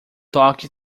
toque